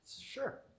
Sure